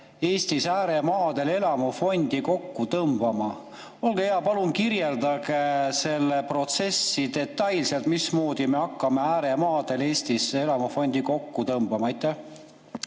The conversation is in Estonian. Eestis ääremaadel elamufondi kokku tõmbama. Olge hea, palun kirjeldage seda protsessi detailselt, mismoodi me hakkame ääremaadel Eestis elamufondi kokku tõmbama. Aitäh,